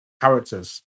Characters